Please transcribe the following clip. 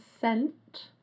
scent